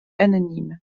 anonymes